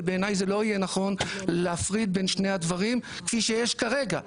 ובעיניי זה לא יהיה נכון להפריד בין שני הדברים כפי שיש כרגע,